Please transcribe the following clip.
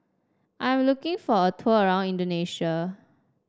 I'm looking for a tour around Indonesia